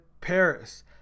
Paris